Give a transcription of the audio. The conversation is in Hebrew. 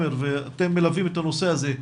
אתם מלווים את הנושא הזה,